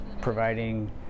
providing